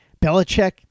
Belichick